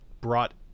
brought